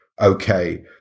okay